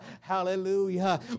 Hallelujah